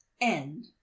End